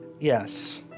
Yes